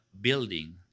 building